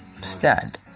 Stand